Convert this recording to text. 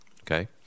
okay